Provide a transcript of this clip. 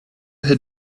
had